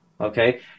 Okay